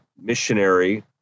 missionary